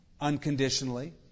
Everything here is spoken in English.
Unconditionally